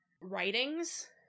writings